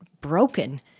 broken